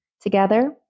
together